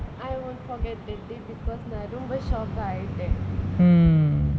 I won't forget that day because நா ரொம்ப:naa romba shock ஆயிட்ட:aayitta